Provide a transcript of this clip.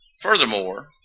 Furthermore